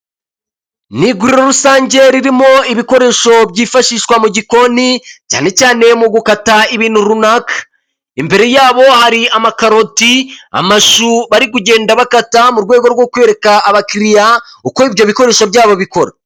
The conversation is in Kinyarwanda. Ni iguriro rusange ririmo ibikoresho byifashishwa mu gikoni, cyane cyane mu gukata ibintu runaka. Imbere yabo hari amakaroti, amashu bari kugenda bakata, mu rwego rwo kwereka abakiriya uko ibyo bikoresho byabo bikora.